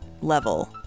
level